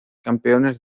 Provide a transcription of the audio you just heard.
campeones